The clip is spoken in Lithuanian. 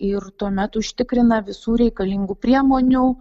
ir tuomet užtikrina visų reikalingų priemonių